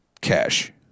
Cash